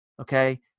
Okay